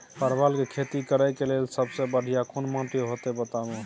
परवल के खेती करेक लैल सबसे बढ़िया कोन माटी होते बताबू?